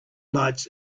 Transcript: lights